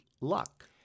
luck